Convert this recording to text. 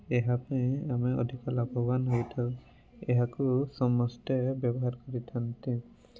ଏହା ପାଇଁ ଆମେ ଅଧିକ ଲାଭବାନ ହୋଇଥାଉ ଏହାକୁ ସମସ୍ତେ ବ୍ୟବହାର କରିଥାନ୍ତି